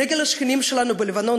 נגד השכנים שלנו בלבנון,